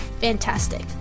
fantastic